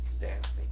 dancing